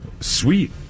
Sweet